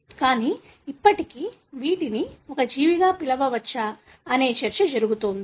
కానీ ఇప్పటికీ వీటిని ఒక జీవిగా పిలవవచ్చా అనే చర్చ జరుగుతోంది